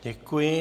Děkuji.